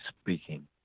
speaking